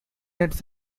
its